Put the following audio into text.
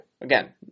Again